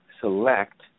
select